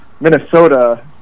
Minnesota